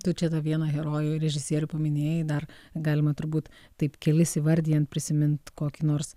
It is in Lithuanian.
tu čia tą vieną herojų režisierių paminėjai dar galima turbūt taip kelis įvardijant prisimint kokį nors